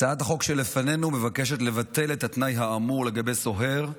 הצעת החוק שלפנינו מבקשת לבטל את התנאי האמור לגבי סוהר,